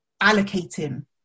allocating